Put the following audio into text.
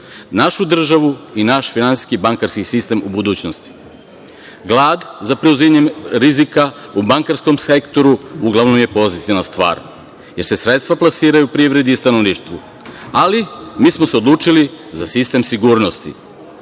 našu državu i naš finansijski bankarski sistem u budućnosti. Glad za preuzimanjem rizika u bankarskom sektoru uglavnom je pozitivna stvar, jer se sredstva plasiraju privredi i stanovništvu, ali mi smo se odlučili za sistem sigurnosti. Nakon